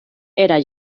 era